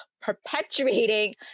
perpetuating